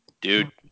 Dude